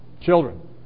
children